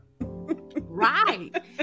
right